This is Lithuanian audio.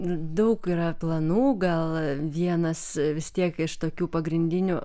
daug yra planų gal vienas vis tiek iš tokių pagrindinių